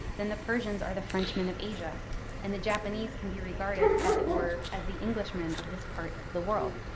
then the persians are the frenchmen of asia and the japanese can be regarded as it were as the englishmen of this part of the world.